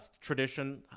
tradition